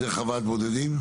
זה חוות בודדים?